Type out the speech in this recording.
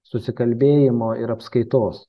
susikalbėjimo ir apskaitos